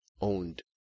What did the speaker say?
owned